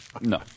No